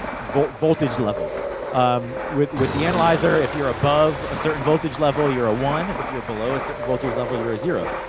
voltage voltage levels um with with the analyzer. if you're above a certain voltage level, you're a one. if you're below a certain voltage level, you're a zero.